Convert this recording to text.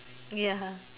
ya